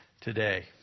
today